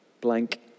blank